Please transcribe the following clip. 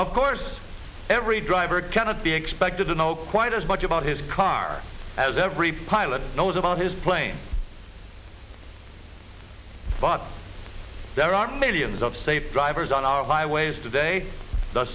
of course every driver cannot be expected to know quite as much about his car as every pilot knows about his plane but there are millions of safe drivers on our highways today the